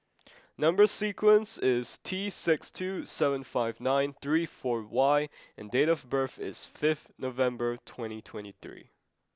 number sequence is T six two seven five nine three four Y and date of birth is fifth November twenty twenty three